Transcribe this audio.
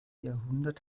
jahrhundert